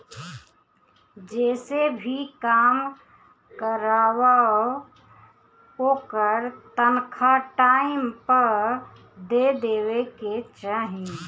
जेसे भी काम करवावअ ओकर तनखा टाइम पअ दे देवे के चाही